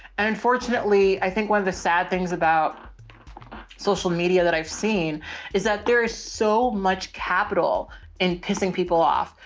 and unfortunately, i think one of the sad things about social media that i've seen is that there is so much capital and pissing people off.